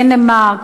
דנמרק,